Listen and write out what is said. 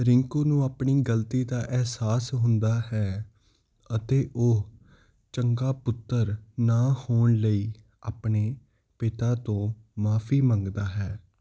ਰਿੰਕੂ ਨੂੰ ਆਪਣੀ ਗ਼ਲਤੀ ਦਾ ਅਹਿਸਾਸ ਹੁੰਦਾ ਹੈ ਅਤੇ ਉਹ ਚੰਗਾ ਪੁੱਤਰ ਨਾ ਹੋਣ ਲਈ ਆਪਣੇ ਪਿਤਾ ਤੋਂ ਮਾਫ਼ੀ ਮੰਗਦਾ ਹੈ